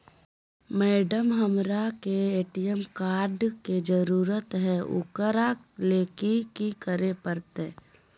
Madam, हमरा के ATM card के जरूरत है ऊकरा ले की की करे परते?